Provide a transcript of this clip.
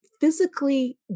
physically